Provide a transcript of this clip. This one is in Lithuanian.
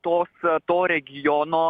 tos to regiono